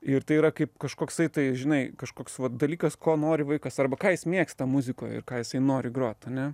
ir tai yra kaip kažkoksai tai žinai kažkoks va dalykas ko nori vaikas arba ką jis mėgsta muzikoj ir ką jisai nori grot ane